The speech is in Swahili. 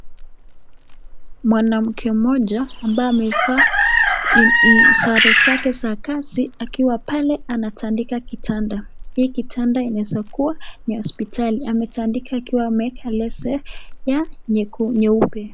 Mwanamke mmoja ambaye amevaa sare zake za kazi akiwa pale anatandika kitanda ,hii kitanda inaweza kuwa ya hospitali , anatandika akiwa ameweka leso yake nyeupe.